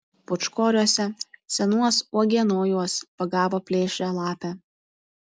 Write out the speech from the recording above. pūčkoriuose senuos uogienojuos pagavo plėšrią lapę